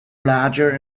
larger